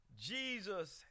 Jesus